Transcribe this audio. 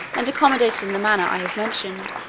and accommodated in the manner i have mentioned,